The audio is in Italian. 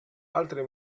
altre